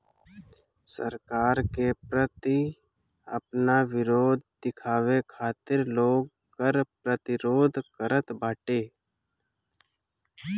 सरकार के प्रति आपन विद्रोह दिखावे खातिर लोग कर प्रतिरोध करत बाटे